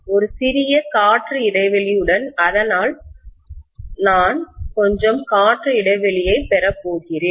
ஒரு சிறிய காற்று இடைவெளியுடன் அதனால் நான் கொஞ்சம் காற்று இடைவெளியைப் பெறப்போகிறேன்